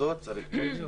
אז